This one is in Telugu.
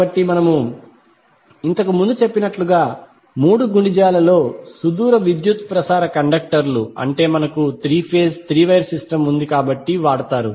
కాబట్టి మనము ఇంతకుముందు చెప్పినట్లుగా మూడు గుణిజాలలో సుదూర విద్యుత్ ప్రసార కండక్టర్లు అంటే మనకు three phase three wire system ఉంది కాబట్టి వాడతారు